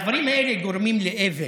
הדברים האלו גורמים לאבל,